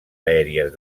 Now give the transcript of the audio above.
aèries